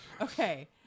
Okay